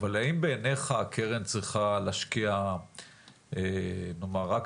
אבל האם בעיניך הקרן צריכה להשקיע נאמר רק